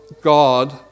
God